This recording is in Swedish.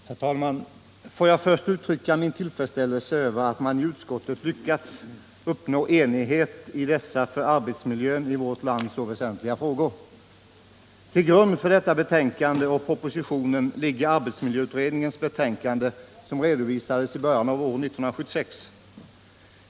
Herr talman! Får jag först uttrycka min tillfredsställelse över att man i utskottet har lyckats uppnå enighet i dessa för arbetsmiljön i vårt land så väsentliga frågor. Till grund för detta betänkande och propositionen ligger arbetsmiljöutredningens betänkande, som redovisades i början av 1976.